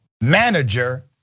manager